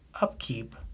upkeep